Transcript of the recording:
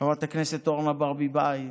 חברת הכנסת אורנה ברביבאי,